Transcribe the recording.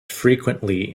frequently